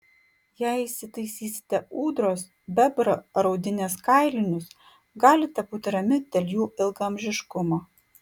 jei įsitaisysite ūdros bebro ar audinės kailinius galite būti rami dėl jų ilgaamžiškumo